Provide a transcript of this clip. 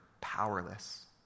powerless